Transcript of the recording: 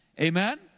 Amen